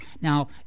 Now